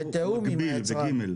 אני אומר ב-ג'